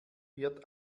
wird